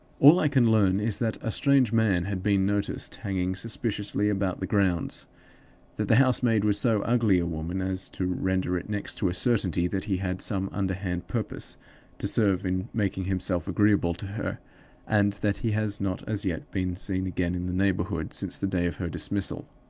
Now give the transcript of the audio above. all i can learn is that a strange man had been noticed hanging suspiciously about the grounds that the housemaid was so ugly a woman as to render it next to a certainty that he had some underhand purpose to serve in making himself agreeable to her and that he has not as yet been seen again in the neighborhood since the day of her dismissal.